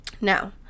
Now